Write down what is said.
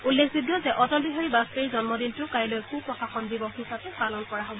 উল্লেখযোগ্য যে অটল বিহাৰী বাজপেয়ীৰ জন্মদিনটো কাইলৈ সু প্ৰশাসন দিৱস হিচাপে পালন কৰা হব